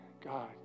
God